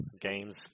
games